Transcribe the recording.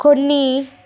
కొన్ని